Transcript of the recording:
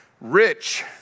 Rich